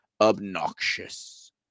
Obnoxious